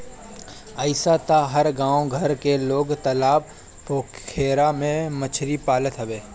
अइसे तअ हर गांव घर में लोग तालाब पोखरा में मछरी पालत हवे